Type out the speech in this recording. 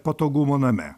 patogumų name